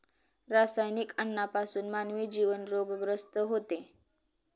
रासायनिक अन्नापासून मानवी जीवन रोगग्रस्त होते